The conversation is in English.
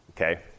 Okay